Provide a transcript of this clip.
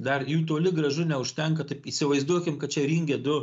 dar jų toli gražu neužtenka taip įsivaizduokim kad čia ringe du